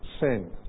sin